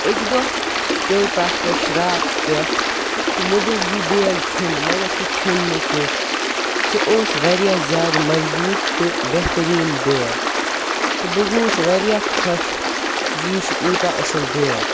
اَکہِ دۄہ پیوٚو تَتھ پٮ۪ٹھ شرٛاکھ پٮ۪ٹھ تہٕ مےٚ دوٚپ یہِ بیگ ژھیٚنہِ مگر سُہ ژھیوٚن نہٕ کینٛہہ سُہ اوس واریاہ زیادٕ مضبوٗط تہٕ بہتریٖن بیگ تہٕ بہٕ گوٚوُس واریاہ خۄش زِ یہِ چھُ یوٗتاہ اَصٕل بیگ